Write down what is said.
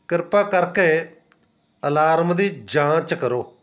ਕਿਰਪਾ ਕਰਕੇ ਅਲਾਰਮ ਦੀ ਜਾਂਚ ਕਰੋ